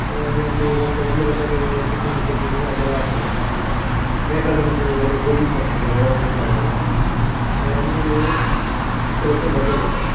ಹಾಗಾಗಿ ಅಲ್ಲಿ ಮತ್ತೆ ಒಂದು ಗಂಟೆಲಿ ಸೆಕ್ಯೂರಿಟಿ ಚೆಕ್ಕಿಂಗ್ ಅದೆಲ್ಲ ಆಗ್ತದೆ ಲೇಟಾದ್ರೆ ಮತ್ತೆ ಅಲ್ಲಿ ಬೋರ್ಡಿಂಗ್ ಪಾಸ್ ಸಿಗೋಲ್ಲ ಒಳಗೆ ಹೋಗ್ಲಿಕ್ಕೆ ಆಗೋದಿಲ್ಲ ಹಾಗಾಗಿ ನೀವು ಹತ್ತು ಗಂಟೆಗೆ ಬರಲೇಬೇಕು